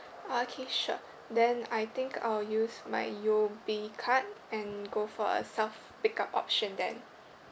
oh okay sure then I think I'll use my U_O_B card and go for a self pick up option then